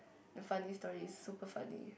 and funny stories super funny